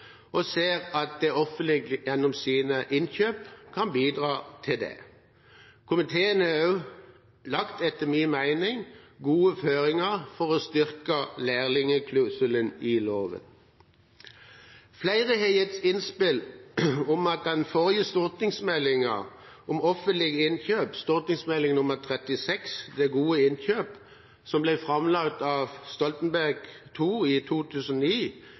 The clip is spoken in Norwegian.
og ser at det offentlige gjennom sine innkjøp kan bidra til det. Komiteen har etter min mening også lagt gode føringer for å styrke lærlingklausulen i loven. Flere har gitt innspill om at den forrige stortingsmeldingen om offentlige innkjøp, St.meld. nr. 36 for 2008–2009, Det gode innkjøp, som ble framlagt av Stoltenberg II i 2009,